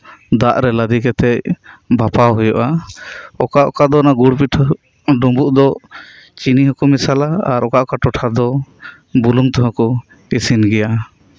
ᱫᱟᱜᱨᱮ ᱞᱟᱫᱤ ᱠᱟᱛᱮᱜ ᱵᱟᱯᱷᱟᱣ ᱦᱩᱭᱩᱜᱼᱟ ᱚᱠᱟ ᱚᱠᱟᱫᱚ ᱚᱱᱟ ᱜᱩᱲ ᱯᱤᱴᱷᱟᱹ ᱰᱩᱸᱵᱩᱜ ᱫᱚ ᱪᱤᱱᱤ ᱦᱚᱠᱩ ᱢᱮᱥᱟᱞᱟᱜ ᱟᱨ ᱚᱠᱟ ᱚᱠᱟ ᱴᱚᱴᱷᱟ ᱨᱮᱫᱚ ᱵᱩᱞᱩᱝ ᱛᱮᱦᱚᱸ ᱠᱩ ᱤᱥᱤᱱ ᱜᱮᱭᱟ